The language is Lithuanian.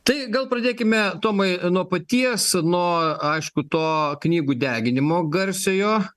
tai gal pradėkime tomai nuo paties nuo aišku to knygų deginimo garsiojo